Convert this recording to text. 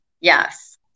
yes